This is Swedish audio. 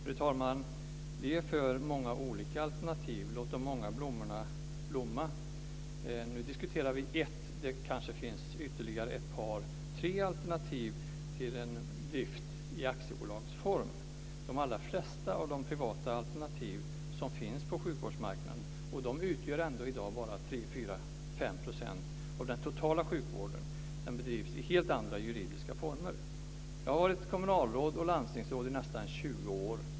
Fru talman! Vi är för många olika alternativ, låter många blommor blomma. Nu diskuterar vi ett. Det kanske finns ytterligare ett par, tre alternativ till drift i aktiebolagsform. De allra flesta av de privata alternativ som finns på sjukvårdsmarknaden - och de utgör ändå i dag bara 3-5 % av den totala sjukvården - drivs i helt andra juridiska former. Jag har varit kommunalråd och landstingsråd i nästan 20 år.